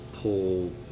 pull